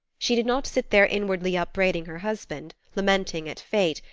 she did not sit there inwardly upbraiding her husband, lamenting at fate,